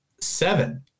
Seven